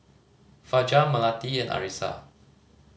Fajar Melati and Arissa